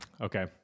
okay